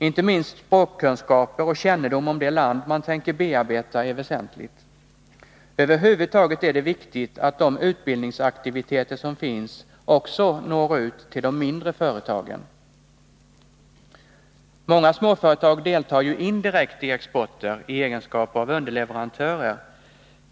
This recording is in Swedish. Inte minst språkkunskaper och kännedom om det land man tänker bearbeta är väsentliga. Över huvud taget är det viktigt att de utbildningsaktiviteter som finns också når ut till de mindre företagen. Många småföretag deltar ju indirekt i exporter i egenskap av underleverantörer.